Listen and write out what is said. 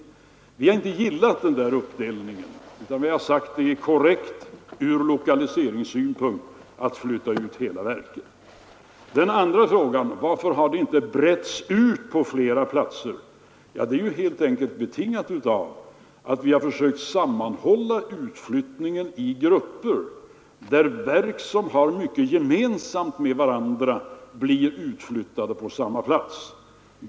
Vi har inte gillat den där uppdelningen, utan vi har sagt att det är korrekt ur lokaliseringssynpunkt att flytta ut hela verken. Att lokaliseringen inte bretts ut — det var ju en av frågorna — på flera platser är helt enkelt betingat av att vi har försökt hålla samman utflyttningen i grupper, så att verk som har mycket gemensamt med varandra flyttas till samma plats.